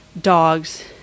dogs